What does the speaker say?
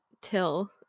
Till